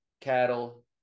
cattle